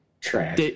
trash